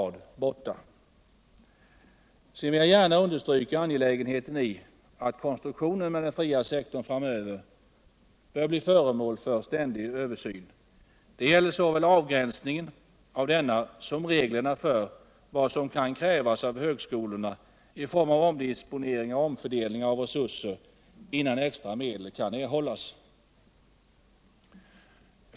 Jag vill i sammanhanget gärna understryka angelägenheten av att konstruktionen med den fria sektorn framöver blir föremål för ständig översyn. Det gäller såväl avgränsningen av denna som reglerna för vad som kan krävas av högskolorna i form av omdisponcering och omfördelning av resurser, innan extra medel kan erhållas.